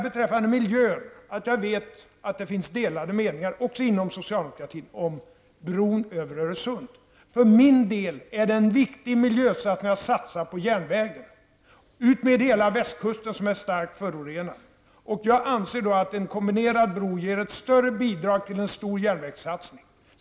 Beträffande miljön vill jag säga att jag vet att det också inom socialdemokratin finns delade meningar om bron över Öresund. För min del menar jag att det från miljösynpunkt är viktigt att satsa på järnvägen utmed hela västkusten, som är starkt förorenad. Jag anser att en kombinerad bro ger ett större bidrag till en stor järnvägssatsning.